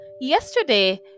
yesterday